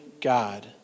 God